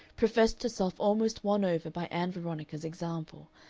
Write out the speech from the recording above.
professed herself almost won over by ann veronica's example,